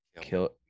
Kill